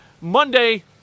Monday